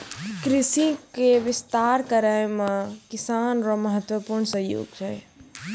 कृषि के विस्तार करै मे किसान रो महत्वपूर्ण सहयोग छै